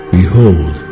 Behold